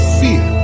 fear